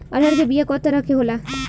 अरहर के बिया कौ तरह के होला?